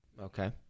Okay